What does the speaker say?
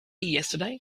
yesterday